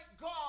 God